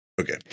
Okay